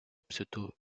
pseudo